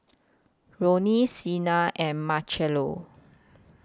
Lorne Sena and Marcello